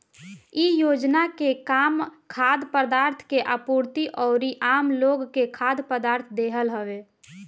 इ योजना के काम खाद्य पदार्थ के आपूर्ति अउरी आमलोग के खाद्य पदार्थ देहल हवे